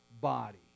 body